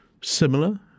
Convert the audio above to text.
similar